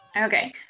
Okay